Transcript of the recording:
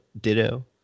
Ditto